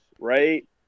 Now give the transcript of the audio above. right